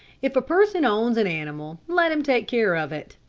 if a person owns an animal, let him take care of it,